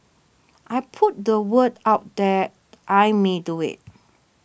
I put the word out that I may do it